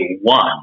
one